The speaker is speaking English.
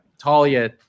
Talia